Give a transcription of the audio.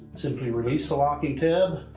simply release the locking tab